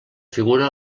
figura